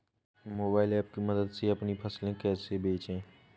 Mobile app की मदद से अपनी फसलों को कैसे बेचें?